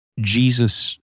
Jesus